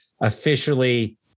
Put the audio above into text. officially